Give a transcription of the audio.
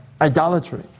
idolatry